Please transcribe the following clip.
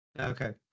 Okay